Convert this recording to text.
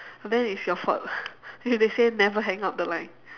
then it's your fault if they say you never hang up the line